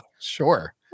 Sure